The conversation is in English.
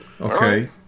Okay